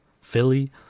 Philly